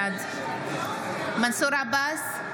בעד מנסור עבאס,